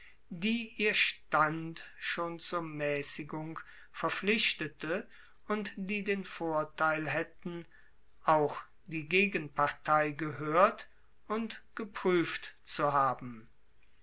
die ihr stand schon zur mäßigung verpflichtete und die den vorteil hätten auch die gegenpartei gehört und geprüft zu haben